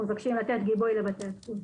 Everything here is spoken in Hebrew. אנחנו מבקשים לתת גיבוי לבתי הדפוס.